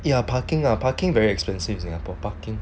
ya parking parking very expensive singapore parking